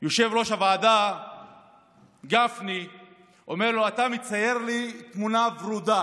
יושב-ראש הוועדה גפני אומר לו: אתה מצייר לי תמונה ורודה.